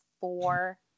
four